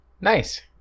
Nice